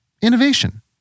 Innovation